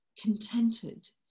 contented